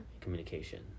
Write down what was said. Communication